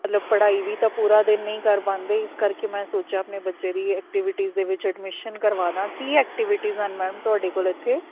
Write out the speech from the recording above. ਮਤਲਬ ਪੜ੍ਹਾਈ ਵੀ ਤਾਂ ਪੂਰਾ ਦਿਨ ਨਹੀਂ ਕਰ ਪਾਉਂਦੇ ਇਸ ਕਰਕੇ ਮੈਂ ਸੋਚਿਆ ਆਪਣੇ ਬੱਚੇ ਦੀ ਐਕਟੀਵਿਟੀਜ਼ ਦੇ ਵਿੱਚ ਅਡਮਿਸ਼ਨ ਕਰਵਾ ਦਵਾਂ ਕੀ ਐਕਟੀਵਿਟੀਜ਼ ਹਨ ਮੈਮ ਤੁਹਾਡੇ ਕੋਲ ਇੱਥੇ